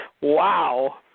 Wow